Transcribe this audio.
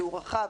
שהוא רחב,